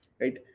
right